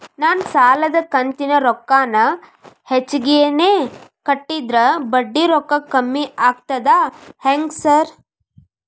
ನಾನ್ ಸಾಲದ ಕಂತಿನ ರೊಕ್ಕಾನ ಹೆಚ್ಚಿಗೆನೇ ಕಟ್ಟಿದ್ರ ಬಡ್ಡಿ ರೊಕ್ಕಾ ಕಮ್ಮಿ ಆಗ್ತದಾ ಹೆಂಗ್ ಸಾರ್?